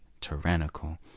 tyrannical